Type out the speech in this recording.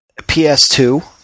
PS2